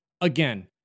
again